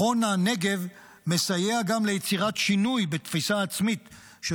מכון הנגב מסייע גם ליצירת שינוי בתפיסה העצמית של